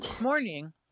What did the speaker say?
morning